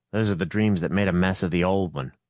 those are the dreams that made a mess of the old one.